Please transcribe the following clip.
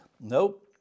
nope